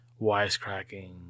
wisecracking